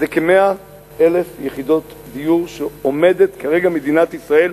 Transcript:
זה כ-100,000 יחידות דיור שעומדת בו כרגע מדינת ישראל.